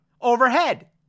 overhead